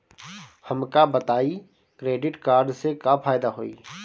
हमका बताई credit card से का फायदा होई?